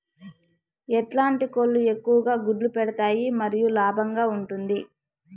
ఎట్లాంటి కోళ్ళు ఎక్కువగా గుడ్లు పెడతాయి మరియు లాభంగా ఉంటుంది?